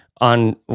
on